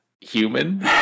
human